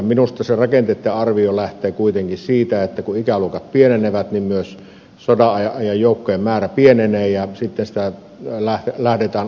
minusta se rakenteitten arvio lähtee kuitenkin siitä että kun ikäluokat pienenevät niin myös sodan ajan joukkojen määrä pienenee ja sitten sitä lähdetään arvioimaan